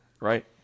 Right